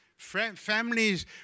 families